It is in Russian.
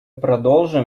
продолжим